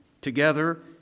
together